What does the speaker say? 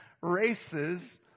races